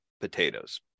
potatoes